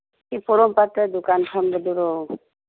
ꯁꯤ ꯄꯣꯔꯣꯝꯄꯥꯠꯇ ꯗꯨꯀꯥꯟ ꯐꯝꯕꯗꯨꯔꯣ